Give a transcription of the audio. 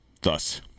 Thus